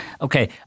Okay